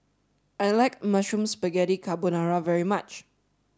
I like Mushroom Spaghetti Carbonara very much